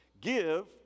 Give